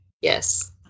yes